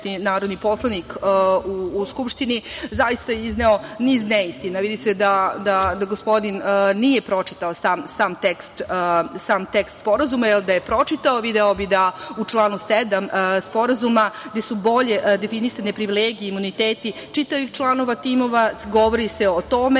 narodni poslanik u Skupštini, zaista je izneo niz neistina. Vidi se da gospodin nije pročitao sam tekst Sporazuma, jer da ga je pročitao video bi da u članu 7. Sporazuma gde su bolje definisane privilegije, imuniteti čitavih članova timova govori se o tome